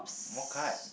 more card